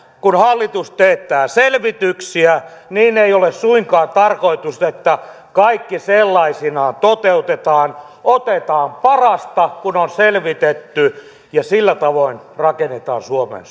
kun hallitus teettää selvityksiä ei ole suinkaan tarkoitus että kaikki sellaisinaan toteutetaan otetaan parasta kun on selvitetty ja sillä tavoin rakennetaan suomen